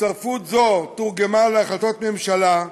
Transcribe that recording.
הצטרפות זו תורגמה להחלטות ממשלה,